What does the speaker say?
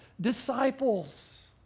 disciples